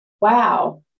Wow